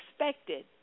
expected